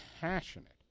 passionate